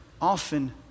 often